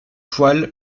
poil